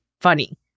funny